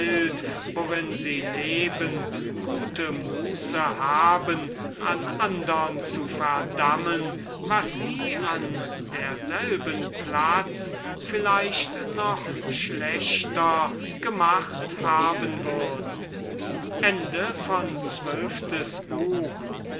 worin sie leben gute weile haben an andern zu verdammen was sie an derselben platz vielleicht noch schlimmer gemacht haben würden